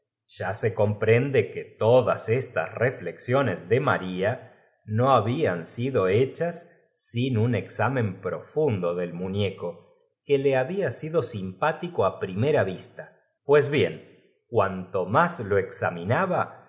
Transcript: ya se comp ende que todas estas teüex iones de maria no hablan sido hechas sin un examen pr'ofundo del muñeco que le había s ido simpatice á primera vista pues bien cuanto mas lo examinaba